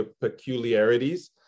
peculiarities